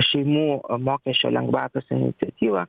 šeimų mokesčio lengvatos iniciatyvą